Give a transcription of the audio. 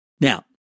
Now